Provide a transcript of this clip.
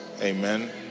amen